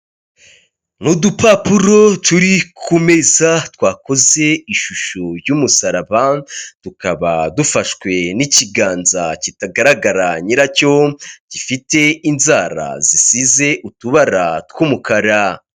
Ni udupapuro turi ku meza twakoze ishusho y'umusaraba, tukaba dufashwe n'ikiganza kitagaragara nyiracyo, gifite inzara zisize utubara tw'umukara.